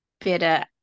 better